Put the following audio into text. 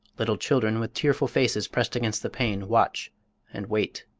little children with tearful faces pressed against the pane watch and wait.